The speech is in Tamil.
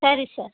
சரி சார்